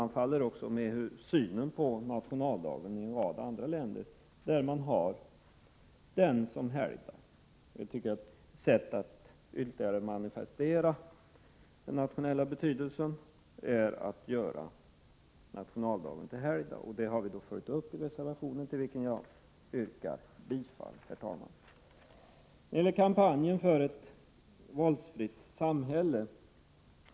Det överensstämmer med synen på nationaldagen i många andra länder, där den är en helgdag. Det är ytterligare ett sätt att manifestera den nationella betydelsen. Detta har vi följt upp i en reservation, till vilken jag yrkar bifall. Sedan till kampanjen för ett våldsfritt samhälle.